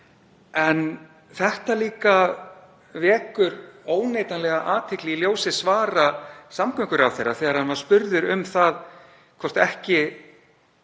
En þetta vekur óneitanlega athygli í ljósi svara samgönguráðherra þegar hann var spurður um það hvort ekki